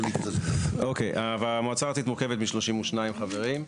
אוקיי, המועצה הארצית מורכבת מ-32 חברים.